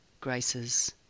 graces